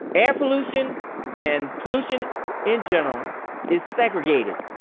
air pollution and pollution in general is segregated.